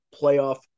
playoff